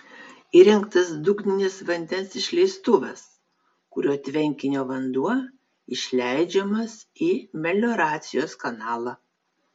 įrengtas dugninis vandens išleistuvas kuriuo tvenkinio vanduo išleidžiamas į melioracijos kanalą